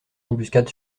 embuscade